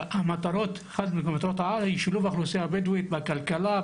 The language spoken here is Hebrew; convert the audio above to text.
אחת ממטרות העל היא שילוב האוכלוסייה הבדואית בכלכלה,